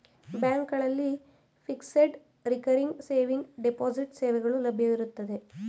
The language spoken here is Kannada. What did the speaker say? ಬ್ಯಾಂಕ್ಗಳಲ್ಲಿ ಫಿಕ್ಸೆಡ್, ರಿಕರಿಂಗ್ ಸೇವಿಂಗ್, ಡೆಪೋಸಿಟ್ ಸೇವೆಗಳು ಲಭ್ಯವಿರುತ್ತವೆ